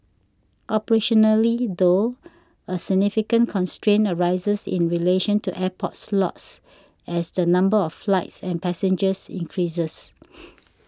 operationally though a significant constraint arises in relation to airport slots as the number of flights and passengers increases